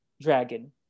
Dragon